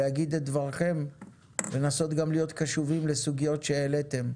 להגיד את דברכם ולנסות גם להיות קשובים לסוגיות שהעליתם.